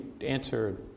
answer